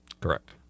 Correct